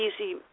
easy